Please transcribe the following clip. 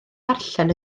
darllen